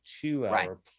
two-hour